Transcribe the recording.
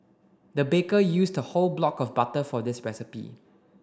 the baker used a whole block of butter for this recipe